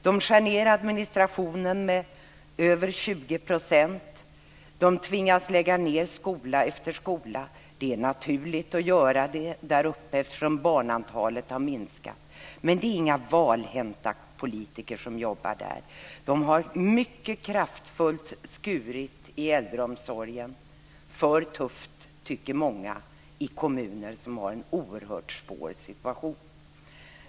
De skär ned administrationen med över 20 %. De tvingas lägga ned skola efter skola. Det är naturligt att göra så där eftersom antalet barn har minskat. Det är inga valhänta politiker som jobbar där. De har mycket kraftfullt skurit i äldreomsorgen - för tufft tycker många - i kommuner som har en oerhört svår situation.